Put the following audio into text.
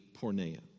porneia